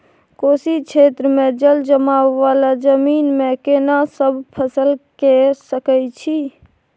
कोशी क्षेत्र मे जलजमाव वाला जमीन मे केना सब फसल के सकय छी?